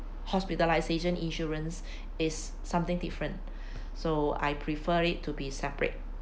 hospitalisation insurance is something different so I prefer it to be separate